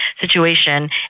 situation